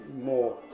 more